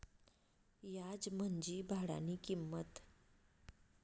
याज म्हंजी भाडानी किंमत